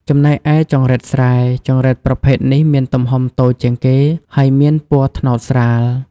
ចំណែកឯចង្រិតស្រែ ចង្រិតប្រភេទនេះមានទំហំតូចជាងគេ ហើយមានពណ៌ត្នោតស្រាល។